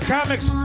Comics